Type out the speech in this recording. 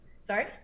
Sorry